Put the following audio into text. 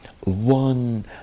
one